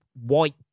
white